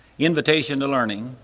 invitation to learning,